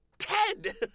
Ted